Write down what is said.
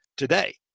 today